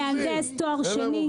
מהנדס, תואר שני.